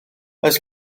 oes